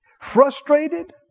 frustrated